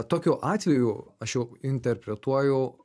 tokiu atveju aš jau interpretuoju